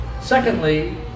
secondly